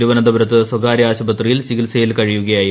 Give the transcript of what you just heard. തിരുവനന്തപുരത്ത് സ്വകാര്യ ആശുപത്രിയിൽ ചികിത്സയിൽ കഴിയുകയായിരുന്നു